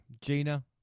Gina